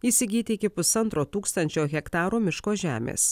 įsigyti iki pusantro tūkstančio hektarų miško žemės